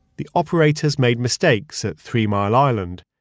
the operators made mistakes at three mile island,